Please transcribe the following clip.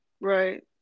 right